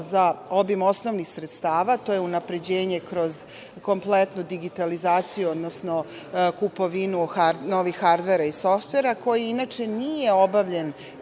za obim osnovnih sredstava, to je unapređenje kroz kompletnu digitalizaciju, odnosno kupovinu novih hardvera i softvera, koji inače nije obavljen